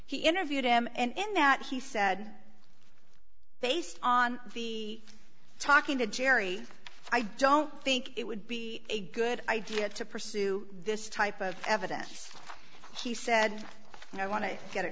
he interviewed him and in that he said based on the talking to jerry i don't think it would be a good idea to pursue this type of evidence he said and i want to get a